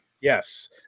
Yes